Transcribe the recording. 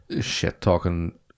shit-talking